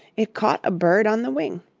it caught a bird on the wing.